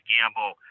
Gamble